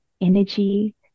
energy